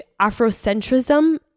Afrocentrism